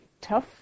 tough